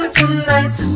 tonight